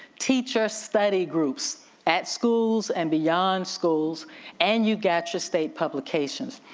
teacher study groups at schools and beyond schools and you got your state publications.